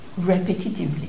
repetitively